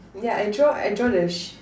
yeah I draw I draw the sh~